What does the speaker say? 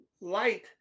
light